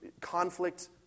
conflict